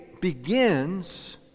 begins